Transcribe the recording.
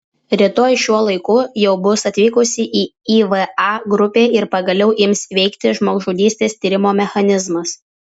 rytoj šiuo laiku jau bus atvykusi įva grupė ir pagaliau ims veikti žmogžudystės tyrimo mechanizmas